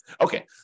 Okay